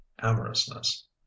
amorousness